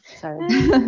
Sorry